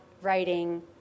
writing